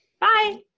Bye